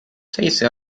seitse